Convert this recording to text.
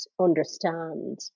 understand